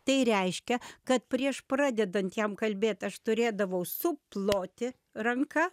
tai reiškia kad prieš pradedant jam kalbėt aš turėdavau suploti ranka